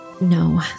No